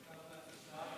בעיקר בהנדסה,